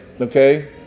Okay